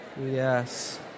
Yes